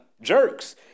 jerks